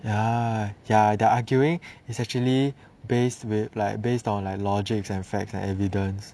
ya ya their arguing is actually based with like based on like logics and facts and evidence